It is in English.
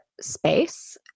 space